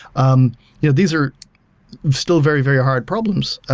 um you know these are still very very hard problems,